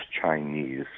Chinese